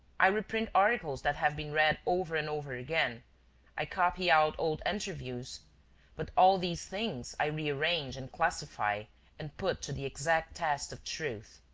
i reprint articles that have been read over and over again i copy out old interviews but all these things i rearrange and classify and put to the exact test of truth.